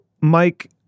Mike